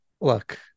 look